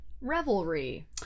revelry